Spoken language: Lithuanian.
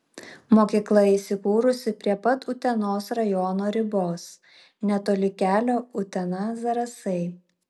mokykla įsikūrusi prie pat utenos rajono ribos netoli kelio utena zarasai